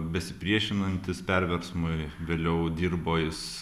besipriešinantis perversmui vėliau dirbo jis